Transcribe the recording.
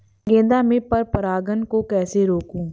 गेंदा में पर परागन को कैसे रोकुं?